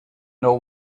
know